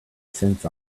cents